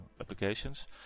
applications